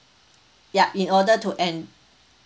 yup in order to en~